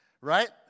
right